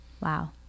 Wow